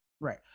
Right